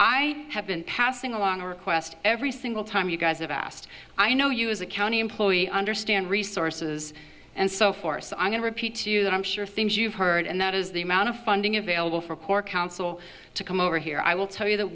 i have been passing along a request every single time you guys have asked i know you as a county employee understand resources and so forth so i'm going to repeat to you that i'm sure things you've heard and that is the amount of funding available for poor counsel to come over here i will tell you that